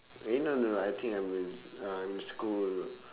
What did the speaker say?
eh no no I think I'm in I'm in school